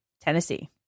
Tennessee